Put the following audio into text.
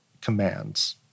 commands